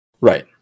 right